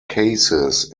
cases